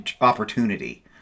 opportunity